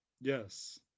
Yes